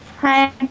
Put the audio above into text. Hi